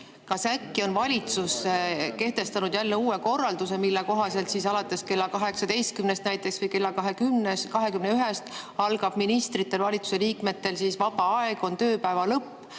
Kas äkki on valitsus kehtestanud jälle uue korralduse, mille kohaselt alates näiteks kella 18 või kella 21 algab ministritel, valitsuse liikmetel vaba aeg, on tööpäeva lõpp